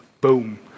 Boom